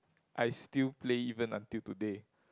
I still play even until today